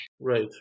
right